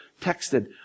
texted